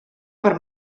per